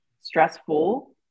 stressful